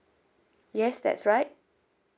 yes that's right